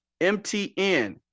M-T-N